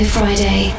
Friday